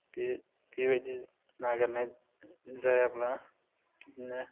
बि बेबायदि नागिरनाय जायाब्ला बिदिनो